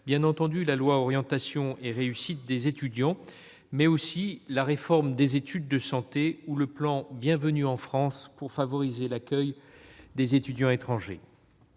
relative à l'orientation et à la réussite des étudiants, mais aussi la réforme des études de santé et le plan Bienvenue en France, destiné à favoriser l'accueil des étudiants étrangers.